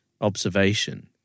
observation